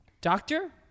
doctor